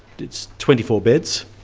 it's twenty four beds,